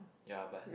ya but